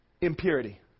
impurity